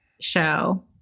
show